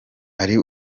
hari